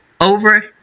over